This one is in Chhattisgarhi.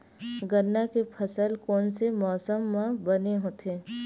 गन्ना के फसल कोन से मौसम म बने होथे?